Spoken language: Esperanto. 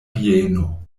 bieno